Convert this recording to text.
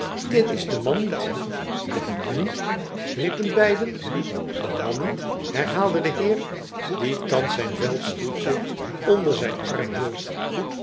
dit is de man niet de man niet r riepen beiden de man niet herhaalde de heer die thans zijn veldstoeltje onder zijn arm hield